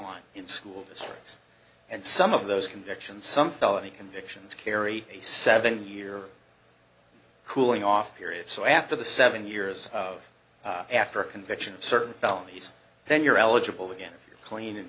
want in school districts and some of those convictions some felony convictions carry a seven year cooling off period so after the seven years of after conviction of certain felonies then you're eligible again clean